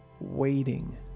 waiting